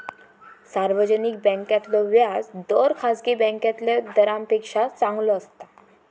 सार्वजनिक बॅन्कांतला व्याज दर खासगी बॅन्कातल्या दरांपेक्षा चांगलो असता